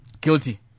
guilty